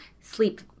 sleep